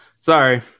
Sorry